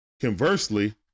Conversely